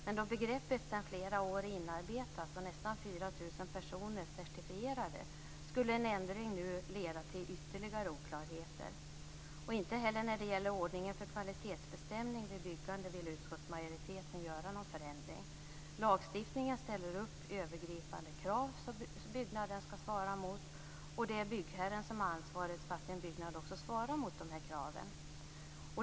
Men då begreppet sedan flera år är inarbetat och nästan 4 000 personer är certifierade, skulle en ändring nu leda till ytterligare oklarheter. Inte heller när det gäller ordningen för kvalitetsbestämningen vid byggande vill utskottsmajoriteten göra någon förändring. Lagstiftningen ställer upp övergripande krav som en byggnad skall svara mot, och det är byggherren som har ansvaret för att en byggnad också svarar mot kraven.